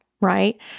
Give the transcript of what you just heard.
right